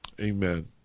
Amen